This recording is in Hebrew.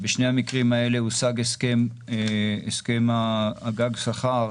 בשני המקרים האלה הושג הסכם הגג שכר,